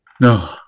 No